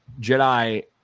Jedi